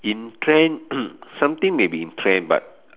in trend something may be in trend but